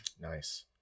Nice